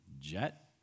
jet